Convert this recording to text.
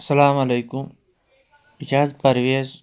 اَسَلامُ علیکُم یہِ چھِ حظ پَرویز